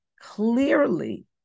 clearly